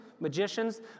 Magicians